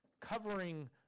covering